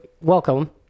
welcome